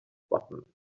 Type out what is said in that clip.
button